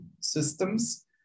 systems